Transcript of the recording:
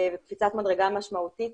וקפיצת מדרגה משמעותית